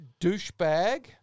douchebag